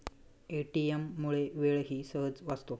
ATM मुळे वेळही सहज वाचतो